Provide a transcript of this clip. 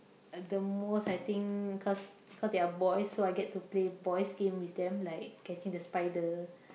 the most I think cause cause they are boys so I get to play boy's game with them like catching the spider